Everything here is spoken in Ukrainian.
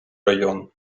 район